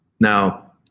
Now